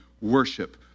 worship